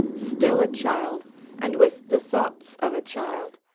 still a child and with the thoughts of a child,